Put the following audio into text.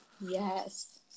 Yes